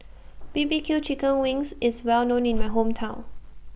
B B Q Chicken Wings IS Well known in My Hometown